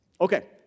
Okay